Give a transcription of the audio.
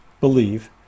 believe